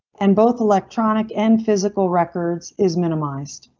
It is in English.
and both electronic and physical records is minimized.